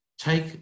take